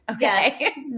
Yes